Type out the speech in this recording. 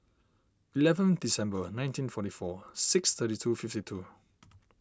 eleven December nineteen forty four six thirty two fifty two